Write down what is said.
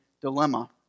dilemma